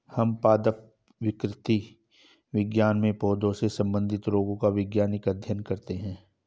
हम पादप विकृति विज्ञान में पौधों से संबंधित रोगों का वैज्ञानिक अध्ययन करते हैं